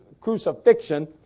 crucifixion